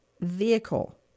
vehicle